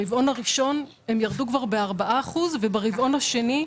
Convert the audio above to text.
ברבעון הראשון הן ירדו כבר ב-4% וברבעון השני,